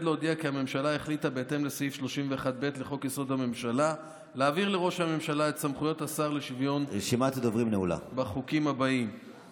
הכנסת מזון למוסדות רפואיים בחג הפסח),